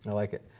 like it.